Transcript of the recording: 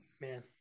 Man